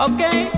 Okay